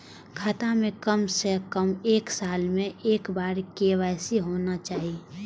खाता में काम से कम एक साल में एक बार के.वाई.सी होना चाहि?